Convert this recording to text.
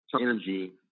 energy